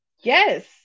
Yes